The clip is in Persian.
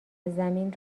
زمین